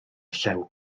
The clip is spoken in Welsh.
llew